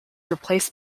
replaced